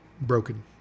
broken